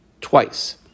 Twice